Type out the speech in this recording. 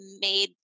made